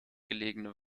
gelegene